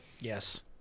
Yes